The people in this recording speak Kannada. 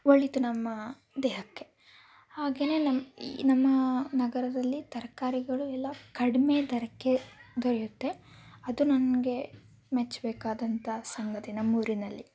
ಒಳಿತು ನಮ್ಮ ದೇಹಕ್ಕೆ ಹಾಗೆಯೇ ನಮ್ಮ ಈ ನಮ್ಮ ನಗರದಲ್ಲಿ ತರಕಾರಿಗಳು ಎಲ್ಲ ಕಡಿಮೆ ದರಕ್ಕೆ ದೊರೆಯುತ್ತೆ ಅದು ನನಗೆ ಮೆಚ್ಚಬೇಕಾದಂಥ ಸಂಗತಿ ನಮ್ಮ ಊರಿನಲ್ಲಿ